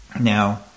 now